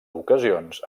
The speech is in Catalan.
ocasions